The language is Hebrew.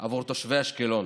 עבור תושבי אשקלון?